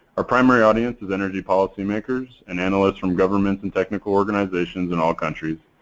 a primary audience is energy policy makers and analysts from government, and technical organizations in all countries,